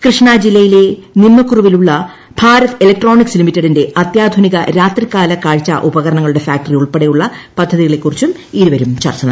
കൃഷ്ണ ജില്ലയിലെ നിമ്മകുറുവിലുളള ഭാരത് ഇലക്ട്രോണിക്സ് ലിമിറ്റഡിന്റെ അത്യാധുനിക രാത്രിക്കാലക്കാഴ്ച ഉപകരണങ്ങളുടെ ഫാക്ടറി ഉൾപ്പെടെയുളള പദ്ധതികളെക്കുറിച്ചും ഇരുവരും ചർച്ചനടത്തി